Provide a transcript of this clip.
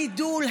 הגידול,